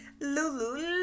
Lulu